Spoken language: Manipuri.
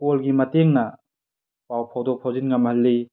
ꯀꯣꯜꯒꯤ ꯃꯇꯦꯡꯅ ꯄꯥꯎ ꯐꯥꯎꯗꯣꯛ ꯐꯥꯎꯖꯤꯟ ꯉꯝꯍꯜꯂꯤ